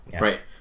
right